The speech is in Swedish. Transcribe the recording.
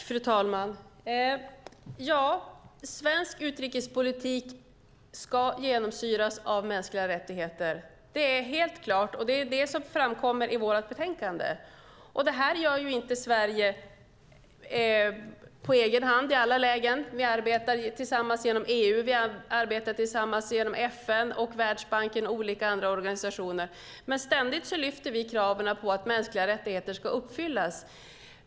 Fru talman! Svensk utrikespolitik ska genomsyras av mänskliga rättigheter. Det är helt klart. Det är det som framkommer i vårt betänkande. Det här gör ju inte Sverige på egen hand i alla lägen. Vi arbetar tillsammans genom EU. Vi arbetar tillsammans genom FN, Världsbanken och olika andra organisationer. Men ständigt lyfter vi kraven på att mänskliga rättigheter ska uppfyllas.